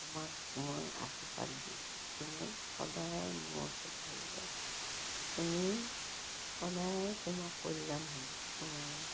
তোমাক মই আশীৰ্বাদ দিছোঁ তুমি সদায় মোৰ ওচৰত থাকিবা তুমি সদায় তোমাৰ কল্যাণ হ'ব তোমাৰ